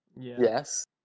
Yes